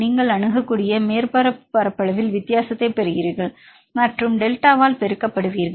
நீங்கள் அணுகக்கூடிய மேற்பரப்பு பரப்பளவில் வித்தியாசத்தைப் பெறுகிறீர்கள் மற்றும் டெல்டாவால் பெருக்கப்படுவீர்கள்